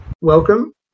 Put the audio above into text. Welcome